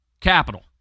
capital